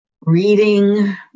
reading